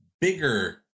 bigger